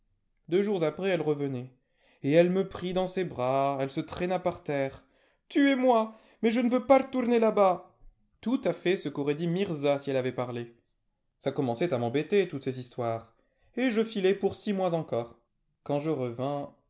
deux jours après elle revenait et elle me prit dans ses bras elle se traîna par terre tuez-moi mais je nveux pas retourner là-bas tout à fait ce qu'aurait dit mirza si elle avait parle ça commençait à m'embêter toutes ces histoires et je filai pour six mois encore quand je revins